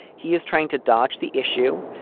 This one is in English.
he is trying to dodge the issue.